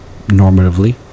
normatively